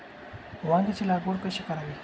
वांग्यांची लागवड कशी करावी?